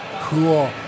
cool